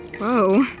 Whoa